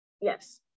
Yes